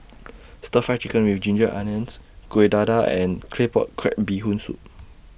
Stir Fry Chicken with Ginger Onions Kuih Dadar and Claypot Crab Bee Hoon Soup